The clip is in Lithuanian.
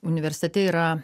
universitete yra